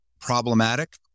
problematic